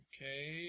Okay